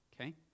Okay